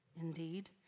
indeed